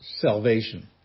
salvation